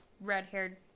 red-haired